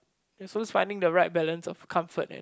it's also finding the right balance of comfort and